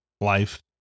Life